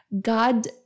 God